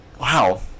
Wow